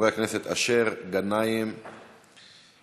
חברי הכנסת אשר, גנאים וגואטה.